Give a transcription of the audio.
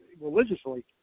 religiously